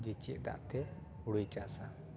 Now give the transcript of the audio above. ᱡᱮ ᱪᱮᱫ ᱫᱟᱜ ᱛᱮ ᱦᱳᱲᱳᱭ ᱪᱟᱥᱟ